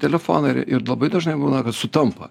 telefoną ir ir labai dažnai būna kad sutampa